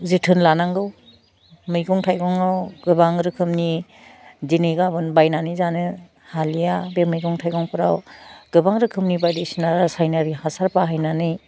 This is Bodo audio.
जोथोन लानांगौ मैगं थाइगङाव गोबां रोखोमनि दिनै गाबोन बायनानै जानो हालिया बे मैगं थाइगंफ्राव गोबां रोखोमनि बायदिसिना रासाइनारि हासार बाहायनानै